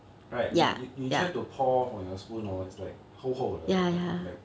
right you you try to pour from your spoon hor it's like 厚厚的 like